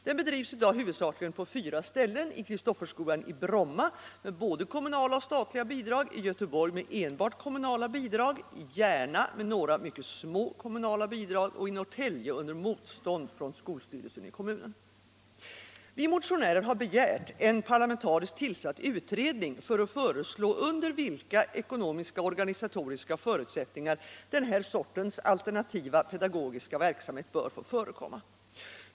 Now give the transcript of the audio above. Den bedrivs i dag huvudsakligen på fyra ställen: på Kristofferskolan i Bromma med både kommunala och statliga bidrag, i Göteborg med enbart kommunala bidrag, i Järna med några mycket små kommunala bidrag och i Norrtälje under motstånd från skolstyrelsen i kommunen. Vi motionärer har begärt en parlamentarisk tillsatt utredning för att föreslå under vilka ekonomiska och organisatoriska förutsättningar den här sortens alternativa pedagogiska verksamhet bör få förekomma.